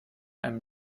einem